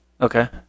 okay